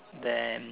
then